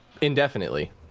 Indefinitely